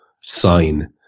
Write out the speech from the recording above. sign